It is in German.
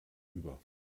über